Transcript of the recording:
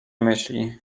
myśli